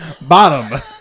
Bottom